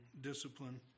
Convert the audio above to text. discipline